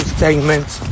segments